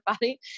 body